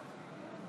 חבר